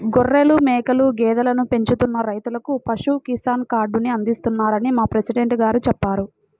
గొర్రెలు, మేకలు, గేదెలను పెంచుతున్న రైతులకు పశు కిసాన్ కార్డుని అందిస్తున్నారని మా ప్రెసిడెంట్ గారు చెప్పారు